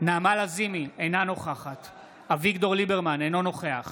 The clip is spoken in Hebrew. נעמה לזימי, אינה נוכחת אביגדור ליברמן, אינו נוכח